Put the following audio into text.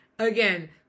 Again